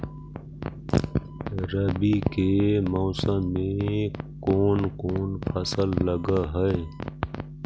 रवि के मौसम में कोन कोन फसल लग है?